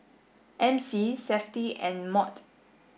M C SAFTI and MOT